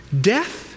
death